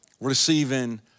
receiving